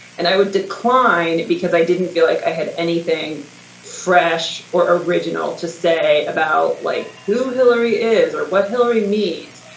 and i would decline it because i didn't feel like i had anything fresh or original to say about like who hillary is or what hillary needs.